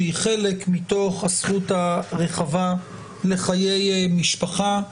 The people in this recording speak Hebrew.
שהיא חלק מתוך הזכות הרחבה לחיי משפחה,